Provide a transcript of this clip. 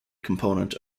component